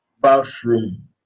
bathroom